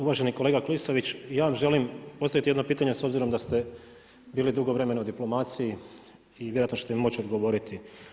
Uvaženi kolega Klisović, ja vam želim postaviti jedno pitanje s obzirom da ste bili dugo vremena u diplomaciji i vjerojatno ćete mi moći odgovoriti.